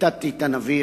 ציטטתי את הנביא,